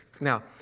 Now